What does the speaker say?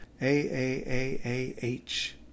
A-A-A-A-H